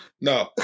No